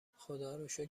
خداروشکر